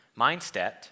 mindset